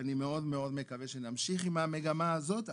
אני מאוד מאוד מקווה שנמשיך עם המגמה הזאת.